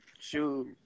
Shoot